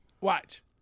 Watch